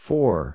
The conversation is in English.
Four